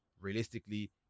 realistically